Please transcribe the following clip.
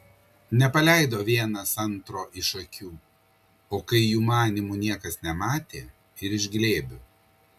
nepaleido vienas antro iš akių o kai jų manymu niekas nematė ir iš glėbių